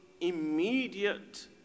immediate